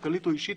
כלכלית או אישית?